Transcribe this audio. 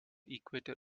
equator